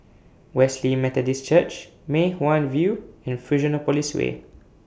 Wesley Methodist Church Mei Hwan View and Fusionopolis Way